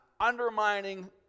undermining